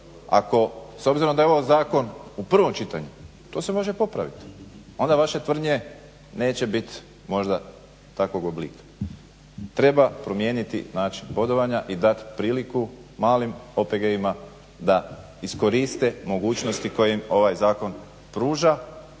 Ako, s obzirom da je ovo zakon u prvom čitanju to se može popraviti, onda vaše tvrdnje neće bit možda takvog oblika. Treba promijeniti način bodovanja i dat priliku malim OPG-ima da iskoriste mogućnosti koje im ovaj Zakon pruža